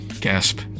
Gasp